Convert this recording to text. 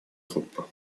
группа